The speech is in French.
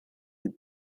est